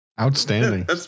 Outstanding